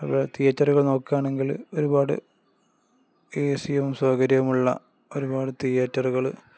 അ തിയേറ്ററുകൾ നോക്കുകയാണെങ്കില് ഒരുപാട് ഏ സിയും സൗകര്യമുള്ള ഒരുപാട് തിയേറ്ററുകള്